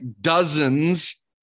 dozens